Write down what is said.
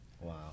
Wow